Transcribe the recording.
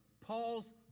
Paul's